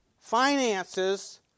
finances